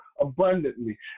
abundantly